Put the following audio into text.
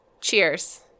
Cheers